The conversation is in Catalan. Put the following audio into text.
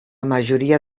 majoria